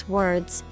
words